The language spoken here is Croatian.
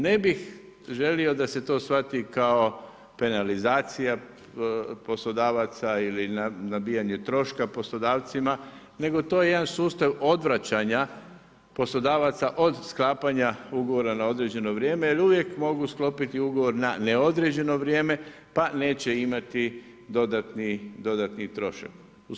Ne bih želio da se to shvati kao penalizacija poslodavaca ili nabijanje troškova poslodavcima nego to je jedan sustav odvraćanja poslodavaca od sklapanja ugovora na određeno vrijeme jer uvijek mogu sklopiti ugovor na neodređeno vrijeme pa neće imati dodatni trošak.